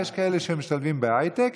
יש כאלה שמשתלבים בהייטק,